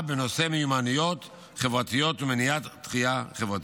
בנושא מיומנויות חברתיות ומניעת דחייה חברתית.